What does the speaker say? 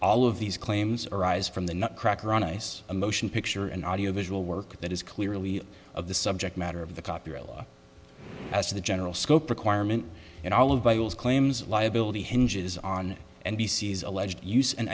all of these claims arise from the nutcracker on ice a motion picture and audio visual work that is clearly of the subject matter of the copyright law as to the general scope requirement and all of vitals claims liability hinges on n b c s alleged use and